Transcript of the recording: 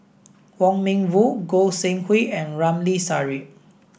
Wong Meng Voon Goi Seng Hui and Ramli Sarip